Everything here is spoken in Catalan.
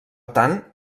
tant